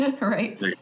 right